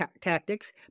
tactics